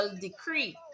decree